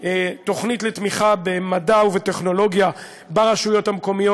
תוכנית לתמיכה במדע ובטכנולוגיה ברשויות המקומיות.